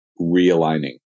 realigning